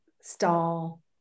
stall